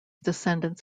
descendants